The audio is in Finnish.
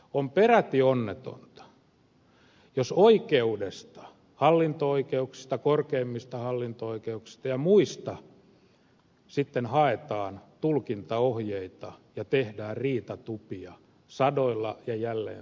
on peräti onnetonta jos oikeudesta hallinto oikeuksista korkeimmista hallinto oikeuksista ja muista sitten haetaan tulkintaohjeita ja tehdään riitatupia sadoilla ja jälleen sadoilla asioilla